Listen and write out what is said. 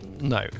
No